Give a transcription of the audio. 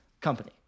Company